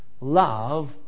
Love